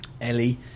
Ellie